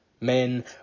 men